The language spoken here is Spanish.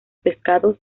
pescados